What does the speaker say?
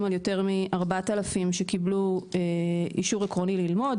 על יותר מ-4,000 שקיבלו אישור עקרוני ללמוד,